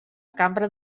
cambra